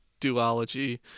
duology